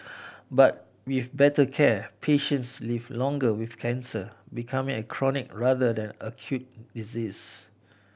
but with better care patients live longer with cancer becoming a chronic rather than acute disease